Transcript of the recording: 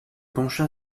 pencha